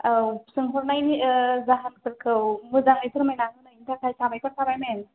औ सोंहरनायनि जाहोनफोरखौ मोजाङै फोरमायना होनायनि थाखाय साबायखर थाबाय मेम